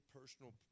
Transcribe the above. personal